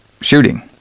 shooting